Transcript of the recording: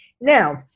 Now